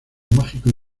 mágicos